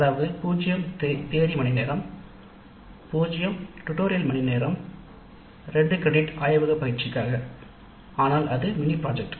அதாவது 0 தியரி மணிநேரம் 0 டுடோரியல் மணிநேரம் 2 கிரெடிட் ஆய்வக பயிற்சி அல்லது ப்ராஜெக்ட்